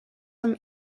from